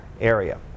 area